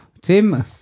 Tim